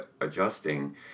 adjusting